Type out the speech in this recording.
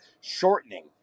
shortening